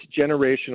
generational